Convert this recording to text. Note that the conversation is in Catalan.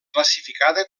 classificada